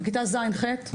בכיתה ז'-ח'.